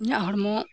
ᱤᱧᱟᱹᱜ ᱦᱚᱲᱢᱚ